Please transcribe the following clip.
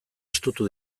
estutu